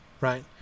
right